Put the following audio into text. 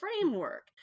framework